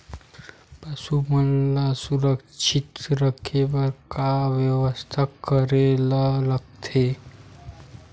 पशु मन ल सुरक्षित रखे बर का बेवस्था करेला लगथे?